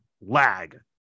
lag